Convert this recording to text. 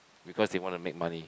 because they want to make money